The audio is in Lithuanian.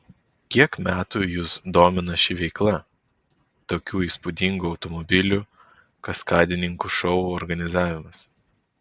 kiek metų jus domina ši veikla tokių įspūdingų automobilių kaskadininkų šou organizavimas